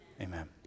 Amen